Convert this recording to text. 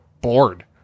bored